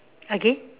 again